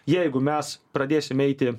jeigu mes pradėsim eiti